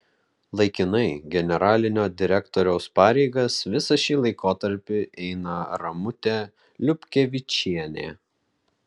laikinai generalinio direktoriaus pareigas visą šį laikotarpį eina ramutė liupkevičienė